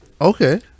Okay